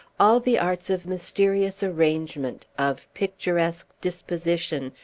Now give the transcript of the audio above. all the arts of mysterious arrangement, of picturesque disposition,